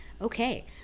Okay